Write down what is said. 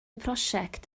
prosiect